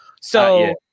So-